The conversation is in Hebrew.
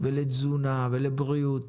לתזונה ולבריאות.